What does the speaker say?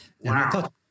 Wow